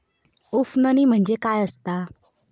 उफणणी म्हणजे काय असतां?